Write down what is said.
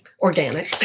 organic